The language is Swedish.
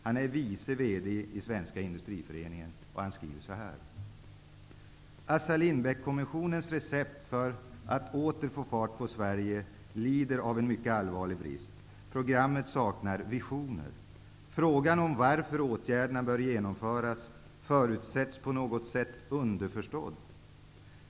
Han är vice VD i Svensk Industriförening, och han skriver så här: ''Assar Lindbeck-kommissionens recept för att åter få fart på Sverige lider av en mycket allvarlig brist: Programmet saknar visioner. Frågan om varför åtgärderna bör genomföras förutsätts på något sätt underförstådd.